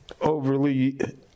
overly